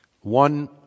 one